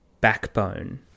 backbone